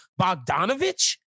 Bogdanovich